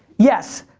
yes,